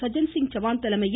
சஜன்சிங் சவான் தலைமையில்